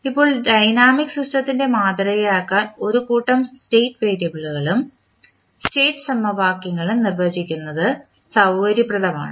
ഇപ്പോൾ ഡൈനാമിക് സിസ്റ്റത്തെ മാതൃകയാക്കാൻ ഒരു കൂട്ടം സ്റ്റേറ്റ് വേരിയബിളും സെറ്റ് സമവാക്യങ്ങളും നിർവചിക്കുന്നത് സൌകര്യപ്രദമാണ്